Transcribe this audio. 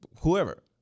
whoever